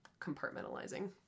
compartmentalizing